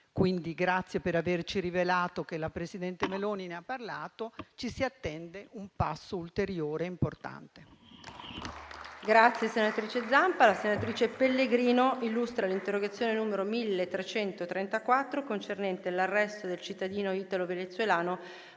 grazie per averci rivelato che la presidente Meloni ne ha parlato; ci si attende un passo ulteriore importante.